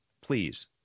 please